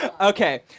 Okay